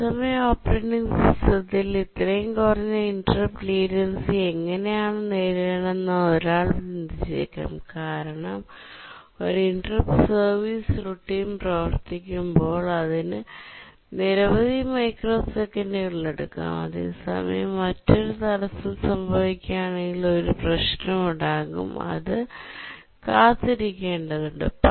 തത്സമയ ഓപ്പറേറ്റിംഗ് സിസ്റ്റത്തിൽ ഇത്രയും കുറഞ്ഞ ഇന്ററപ്റ്റ് ലേറ്റൻസി എങ്ങനെയാണ് നേടുന്നതെന്ന് ഒരാൾ ചിന്തിച്ചേക്കാം കാരണം ഒരു ഇന്ററപ്റ്റ് സർവീസ് റുട്ടീൻകൾ പ്രവർത്തിക്കുമ്പോൾ ഇതിന് നിരവധി മൈക്രോസെക്കന്റുകൾ എടുക്കാം അതേസമയം മറ്റൊരു തടസ്സം സംഭവിക്കുകയാണെങ്കിൽ ഒരു പ്രശ്നമുണ്ടാകും അത് കാത്തിരിക്കേണ്ടതുണ്ട്